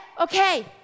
Okay